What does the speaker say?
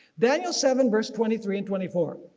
daniel seven verse twenty three and twenty four.